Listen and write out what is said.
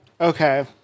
Okay